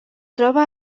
troba